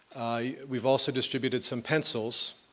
we've also distributed some pencils.